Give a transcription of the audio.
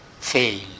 fail